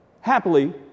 happily